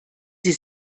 sie